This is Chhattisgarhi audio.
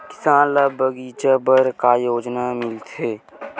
किसान ल बगीचा बर का योजना मिलथे?